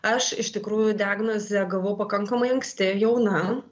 aš iš tikrųjų diagnozę gavau pakankamai anksti jauna